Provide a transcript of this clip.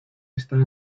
está